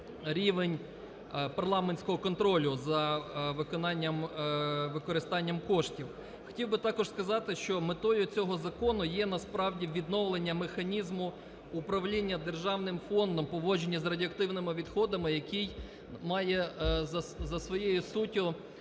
рівень парламентського контролю за виконанням, використанням коштів. Хотів би також сказати, що метою цього закону є насправді відновлення механізму управління Державним фондом поводження з радіоактивними відходами, який має за своєю суттю